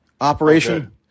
operation